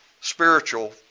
spiritual